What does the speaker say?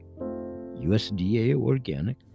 USDA-organic